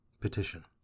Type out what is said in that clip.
Petition